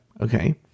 okay